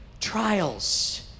trials